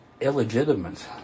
illegitimate